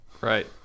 Right